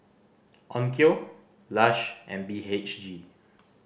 Onkyo Lush and B H G